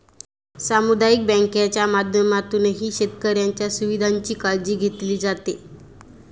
सामुदायिक बँकांच्या माध्यमातूनही शेतकऱ्यांच्या सुविधांची काळजी घेतली जाते